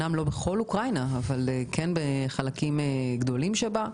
זה אמנם לא בכל אוקראינה אבל כן בחלקים גדולים בה.